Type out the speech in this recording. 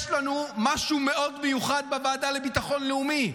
יש לנו משהו מאוד מיוחד בוועדה לביטחון לאומי,